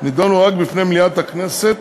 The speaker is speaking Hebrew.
נדונו רק בפני מליאת הכנסת,